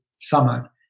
summer